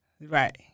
Right